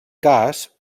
cas